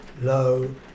low